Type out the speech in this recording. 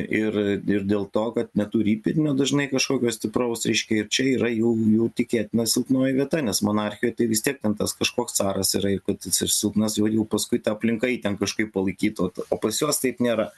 ir ir dėl to kad neturi įpėdinio dažnai kažkokio stipraus reiškia ir čia yra jau jų tikėtina silpnoji vieta nes monarchijoj tai vis tiek ten tas kažkoks caras yra ir kad jis silpnas jau jų paskui ta aplinka jį ten kažkaip palaikytų o pas juos taip nėra